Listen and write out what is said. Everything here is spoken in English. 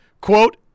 Quote